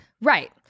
Right